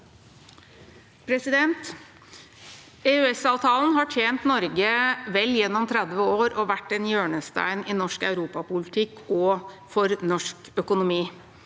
EØS-avtalen har tjent Norge vel gjennom 30 år og vært en hjørnestein i norsk europapolitikk og for norsk økonomi.